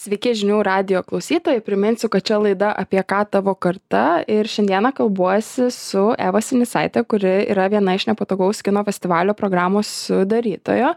sveiki žinių radijo klausytojai priminsiu kad čia laida apie ką tavo karta ir šiandieną kalbuosi su eva sinicaite kuri yra viena iš nepatogaus kino festivalio programos sudarytojų